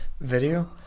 video